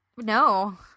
No